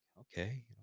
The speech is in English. Okay